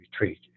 retreat